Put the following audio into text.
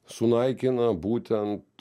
sunaikina būtent